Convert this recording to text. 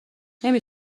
نمی